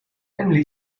emily